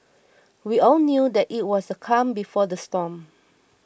we all knew that it was the calm before the storm